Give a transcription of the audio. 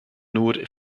nur